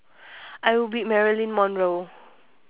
I would be marilyn monroe